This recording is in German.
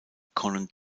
conan